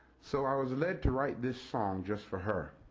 so i was led to write this song just for her,